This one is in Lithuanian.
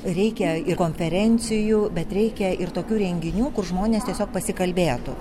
reikia ir konferencijų bet reikia ir tokių renginių kur žmonės tiesiog pasikalbėtų